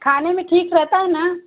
खाने में ठीक रहता है ना